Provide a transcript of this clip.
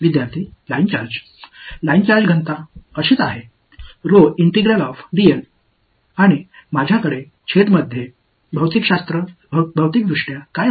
மாணவர்லைன் charge line charge அடர்த்தி ஆகையால் மற்றும் நான் வைத்து இருக்கும் டினாமினேடர் பிஸிக்கலி என்னவாக இருக்க வேண்டும்